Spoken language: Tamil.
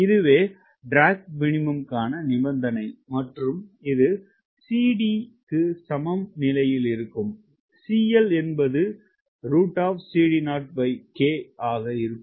இதுவே ட்ராக் மினிமம் காண நிபந்தனை மற்றும் இது CD இக்கு சமன் நிலையில் இருக்கும் CL என்பது ஆகா இருக்கும்